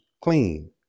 clean